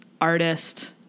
artist